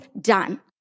done